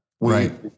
Right